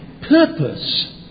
purpose